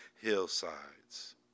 hillsides